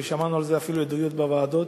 ושמענו את זה אפילו בדיונים בוועדות,